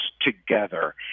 together